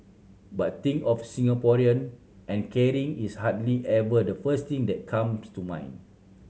but think of Singaporean and caring is hardly ever the first thing that comes to mind